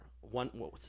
one